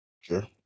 Sure